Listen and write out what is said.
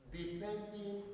depending